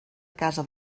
casa